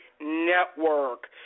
Network